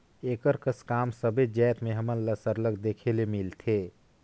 एकर कस काम सबेच जाएत में हमन ल सरलग देखे ले मिलथे